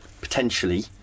potentially